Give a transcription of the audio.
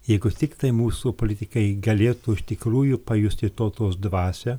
jeigu tiktai mūsų politikai galėtų iš tikrųjų pajusti tautos dvasią